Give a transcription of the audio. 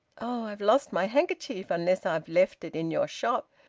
oh! i've lost my handkerchief, unless i've left it in your shop.